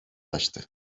açtı